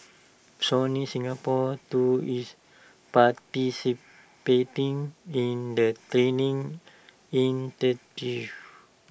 Sony Singapore too is participating in the training initiative